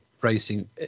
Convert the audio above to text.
racing